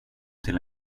till